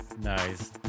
Nice